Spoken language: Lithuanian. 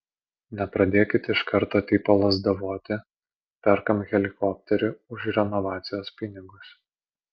nepradėkit iš karto tipo lazdavoti perkam helikopterį už renovacijos pinigus